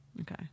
Okay